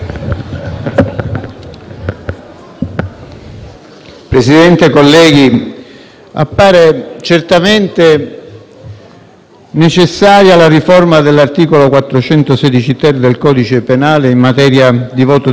Presidente, colleghi, appare certamente necessaria la riforma dell'articolo 416-*ter* del codice penale in materia di voto di scambio politico mafioso